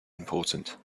important